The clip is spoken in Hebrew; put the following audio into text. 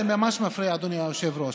זה ממש מפריע, אדוני היושב-ראש.